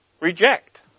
reject